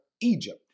Egypt